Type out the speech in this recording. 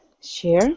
Share